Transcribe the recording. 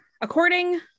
according